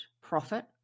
profit